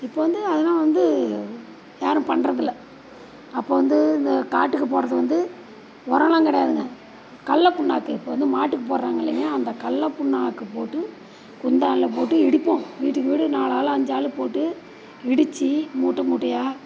இப்போ வந்து அதெல்லாம் வந்து யாரும் பண்ணுறதில்ல அப்போ வந்து இந்த காட்டுக்கு போடுறது வந்து உரல்லாம் கிடையாதுங்க கடல்ல புண்ணாக்கு இப்போ வந்து மாட்டுக்கு போடுறாங்க இல்லைங்களா அந்த கடல்ல புண்ணாக்கு போட்டு குண்டானில் போட்டு இடிப்போம் வீட்டுக்கு வீடு நாலு ஆள் அஞ்சு ஆள் போட்டு இடித்து மூட்டை மூட்டையாக